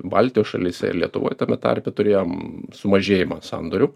baltijos šalyse ir lietuvoj tame tarpe turėjom sumažėjimą sandorių